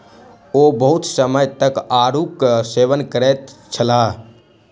ओ बहुत समय तक आड़ूक सेवन करैत छलाह